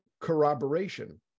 corroboration